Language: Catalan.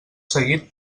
seguit